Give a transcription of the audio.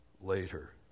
later